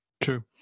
True